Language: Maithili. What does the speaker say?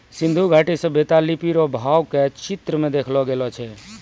सिन्धु घाटी सभ्यता लिपी रो भाव के चित्र मे देखैलो गेलो छलै